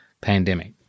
pandemic